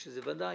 שזה ודאי